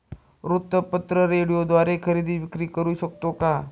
वृत्तपत्र, रेडिओद्वारे खरेदी विक्री करु शकतो का?